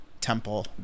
temple